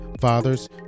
Fathers